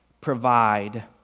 provide